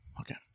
Okay